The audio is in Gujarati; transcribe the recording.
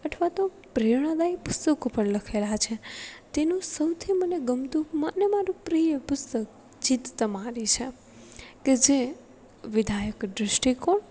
અથવા તો પ્રેરણાદાયી પુસ્તકો પણ લખેલાં છે તેનું સૌથી મને ગમતું મને મારું પ્રિય પુસ્તક જીત તમારી છે કે જે વિધાયક દૃષ્ટિકોણ